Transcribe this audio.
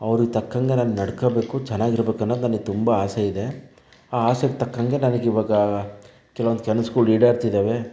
ಅವರಿಗೆ ತಕ್ಕಂಗೆ ನಾನು ನಡ್ಕೊಬೇಕು ಚೆನ್ನಾಗಿರಬೇಕು ಅನ್ನೋದು ನನಗೆ ತುಂಬ ಆಸೆ ಇದೆ ಆ ಆಸೆಗೆ ತಕ್ಕಂಗೆ ನನಗೆ ಈವಾಗ ಕೆಲವೊಂದು ಕನಸುಗಳು ಈಡೇರ್ತಿದ್ದಾವೆ